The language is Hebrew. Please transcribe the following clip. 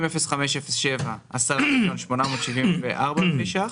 700507 10.874 מיליון שקלים,